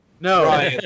No